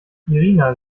irina